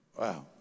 wow